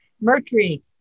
mercury